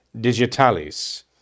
digitalis